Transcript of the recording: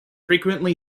frequently